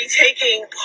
taking